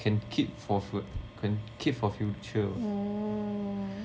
can keep for fu~ can keep for future [what]